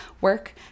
work